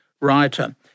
writer